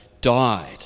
died